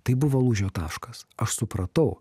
tai buvo lūžio taškas aš supratau